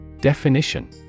Definition